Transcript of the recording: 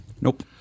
Nope